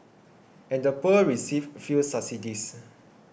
and the poor received few subsidies